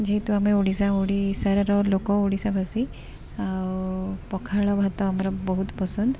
ଯେହେତୁ ଆମେ ଓଡ଼ିଶା ଓଡ଼ିଶାର ଲୋକ ଓଡ଼ିଶାବାସୀ ଆଉ ପଖାଳ ଭାତ ଆମର ବହୁତ ପସନ୍ଦ